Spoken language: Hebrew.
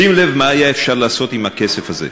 שים לב מה היה אפשר לעשות עם הכסף הזה.